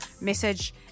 message